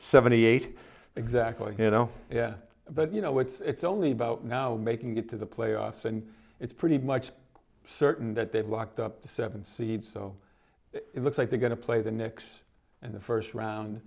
seventy eight exactly you know yeah but you know it's only about now making it to the playoffs and it's pretty much certain that they've locked up the seven seed so it looks like they're going to play the next and the first round